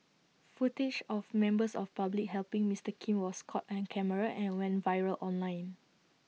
footage of members of public helping Mister Kim was caught on camera and went viral online